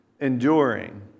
enduring